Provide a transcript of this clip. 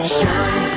Shine